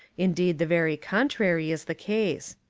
indeed the very contrary is the case.